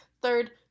third